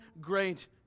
great